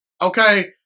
okay